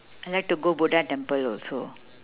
I like to go buddha temple also